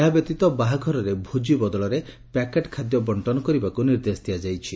ଏହା ବ୍ୟତୀତ ବାହାଘରରେ ଭୋଜି ବଦଳରେ ପ୍ୟାକେଟ୍ ଖାଦ୍ୟ ବଙ୍କନ କରିବାକୁ ନିର୍ଦ୍ଦେଶ ଦିଆଯାଇଛି